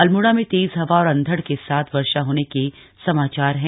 अल्मोड़ा में तेज हवा और अधड़ के साथ वर्षा होने के समाचार है